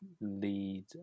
lead